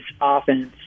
offense